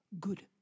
Good